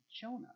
Jonah